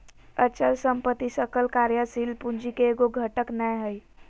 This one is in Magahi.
अचल संपत्ति सकल कार्यशील पूंजी के एगो घटक नै हइ